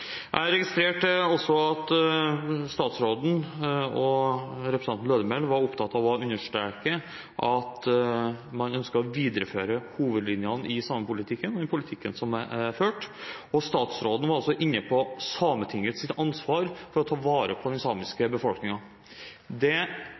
Jeg registrerte også at statsråden og representanten Lødemel var opptatt av å understreke at man ønsker å videreføre hovedlinjene i samepolitikken og i den politikken som er ført, og statsråden var også inne på Sametingets ansvar for å ta vare på den samiske